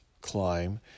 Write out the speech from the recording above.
climb